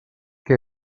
què